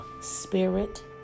Spirit